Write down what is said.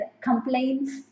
complaints